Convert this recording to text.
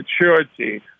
maturity